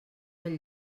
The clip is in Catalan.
del